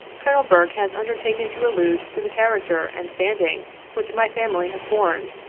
colonel burke has undertaken to allude to the character and standing which my family have borne,